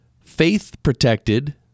Faith-protected